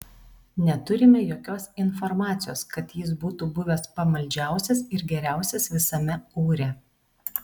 neturime jokios informacijos kad jis būtų buvęs pamaldžiausias ir geriausias visame ūre